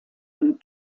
and